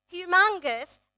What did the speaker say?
humongous